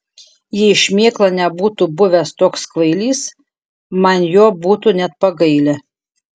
jei šmėkla nebūtų buvęs toks kvailys man jo būtų net pagailę